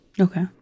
Okay